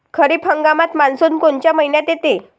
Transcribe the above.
खरीप हंगामात मान्सून कोनच्या मइन्यात येते?